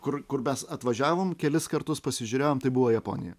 kur kur mes atvažiavome kelis kartus pasižiūrėjome tai buvo japonija